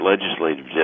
legislative